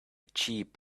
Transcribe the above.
cheap